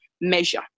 measure